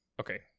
okay